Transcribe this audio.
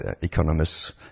economists